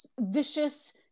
vicious